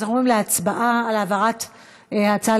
אנחנו עוברים להצבעה על העברת ההצעה